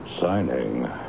signing